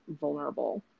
vulnerable